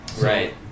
Right